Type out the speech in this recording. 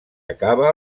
acaba